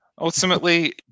Ultimately